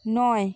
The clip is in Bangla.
নয়